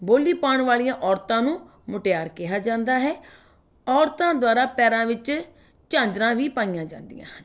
ਬੋਲੀ ਪਾਉਣ ਵਾਲੀਆਂ ਔਰਤਾਂ ਨੂੰ ਮੁਟਿਆਰ ਕਿਹਾ ਜਾਂਦਾ ਹੈ ਔਰਤਾਂ ਦੁਆਰਾ ਪੈਰਾਂ ਵਿੱਚ ਝਾਂਜਰਾਂ ਵੀ ਪਾਈਆਂ ਜਾਂਦੀਆਂ ਹਨ